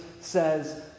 says